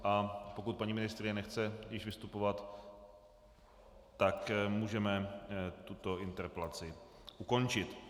A pokud paní ministryně nechce již vystupovat, můžeme tuto interpelaci ukončit.